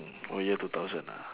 oh year two thousand ah